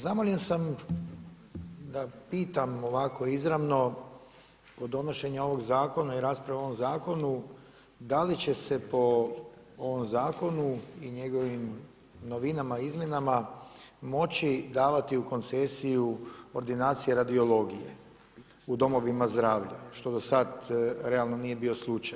Zamoljen sam da pitam ovako izravno kod donošenja ovog zakona i u raspravi o ovome zakonu, da li će se po ovom zakonu i njegovim novinama, izmjenama, moći davati u koncesiju ordinacije radiologije u domovima zdravlja što do sad realno nije bio slučaj.